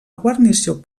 guarnició